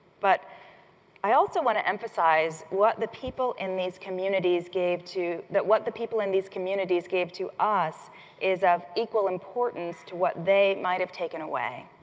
but i also want to emphasize what the people in these communities gave to that what the people in these communities gave to us is of equal importance to what they might've taken away.